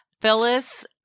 Phyllis